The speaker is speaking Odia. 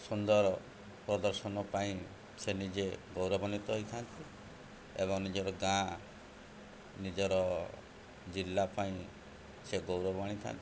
ସୁନ୍ଦର ପ୍ରଦର୍ଶନ ପାଇଁ ସେ ନିଜେ ଗୌରବାନ୍ୱିତ ହେଇଥାନ୍ତି ଏବଂ ନିଜର ଗାଁ ନିଜର ଜିଲ୍ଲା ପାଇଁ ସେ ଗୌରବ ଆଣିଥାନ୍ତି